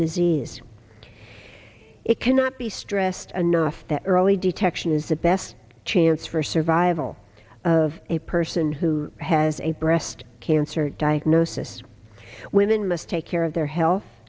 disease it cannot be stressed enough that early detection is the best chance for survival of a person who has a breast cancer diagnosis women must take care of their health